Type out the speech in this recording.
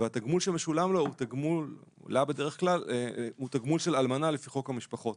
והתגמול שמשולם לו הוא תגמול של אלמנה לפי חוק המשפחות.